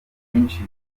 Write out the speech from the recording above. nyinshi